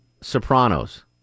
Sopranos